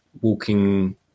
walking